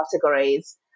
categories